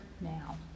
now